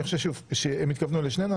ואני חושב שהם התכוונו לשנינו.